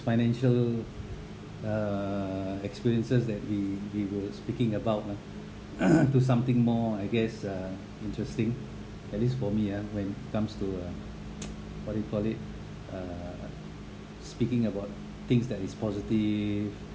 financial uh experiences that we we were speaking about lah into something more I guess uh interesting at least for me ah when it comes to uh what do you call it ah speaking about things that is positive